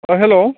hello